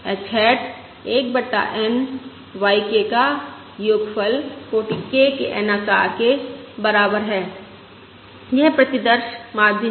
h hat 1 बटा N yK का योगफल कोटि K के N आकार के बराबर है यह प्रतिदर्श माध्य है